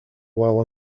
while